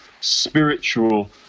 spiritual